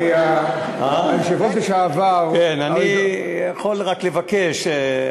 הרי היושב-ראש לשעבר, כן, אני רק יכול לבקש.